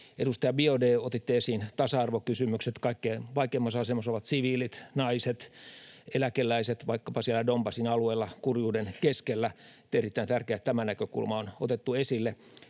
Edustaja Biaudet, otitte esiin tasa-arvokysymykset: Kaikkein vaikeimmassa asemassa ovat siviilit, vaikkapa naiset ja eläkeläiset, siellä Donbasin alueella kurjuuden keskellä. On erittäin tärkeää, että tämä näkökulma on otettu esille.